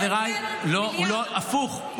לא, הפוך.